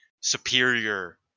superior